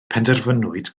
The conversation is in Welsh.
penderfynwyd